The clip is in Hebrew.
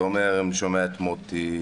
אני שומע את מוטי,